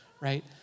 right